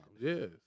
yes